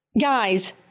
Guys